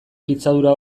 pitzadura